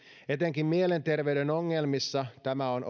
etenkin mielenterveyden ongelmissa tämä on